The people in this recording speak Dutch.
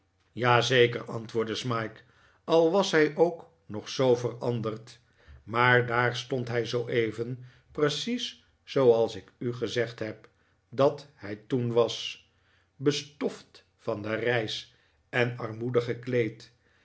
ja zeker antwoordde smike al was hij ook nog zoo veranderd maar daar stond hij zooeven precies zooals ik u gezegd heb dat hij toen was bestoft van de reis en armoedig gekleed